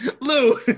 Lou